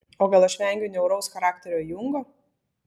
o gal aš vengiu niauraus charakterio jungo